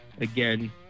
again –